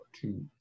Two